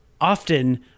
often